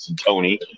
Tony